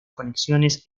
conexiones